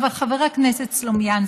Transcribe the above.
אבל חבר הכנסת סלומינסקי,